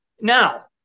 now